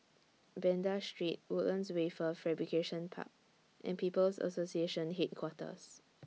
Banda Street Woodlands Wafer Fabrication Park and People's Association Headquarters